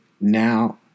now